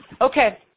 Okay